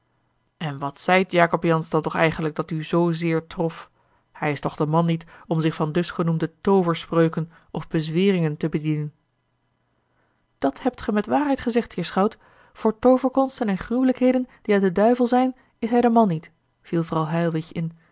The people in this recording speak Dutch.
en wat zeî jacob jansz dan toch eigenlijk dat u zoozeer trof hij is toch de man niet om zich van dusgenoemde tooverspreuken of bezweringen te bedienen dat hebt gij met waarheid gezegd heer schout voor tooverkonsten en gruwelijkheden die uit den duivel zijn is hij de man niet viel vrouw helwich in